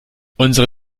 unsere